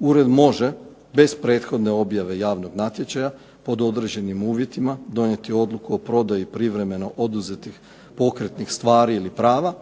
Ured može bez prethodne objave javnog natječaja pod određenim uvjetima donijeti odluku o prodaji privremeno oduzetih pokretnih stvari ili prava,